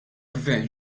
gvern